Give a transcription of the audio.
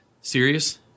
Serious